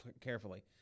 carefully